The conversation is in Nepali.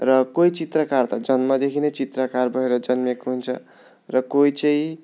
र कोही चित्रकार त जन्मदेखि नै चित्रकार भएर जन्मेको हुन्छ र कोही चाहिँ